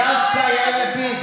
דווקא יאיר לפיד,